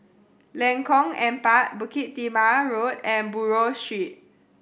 Lengkong Empat Bukit Timah Road and Buroh Street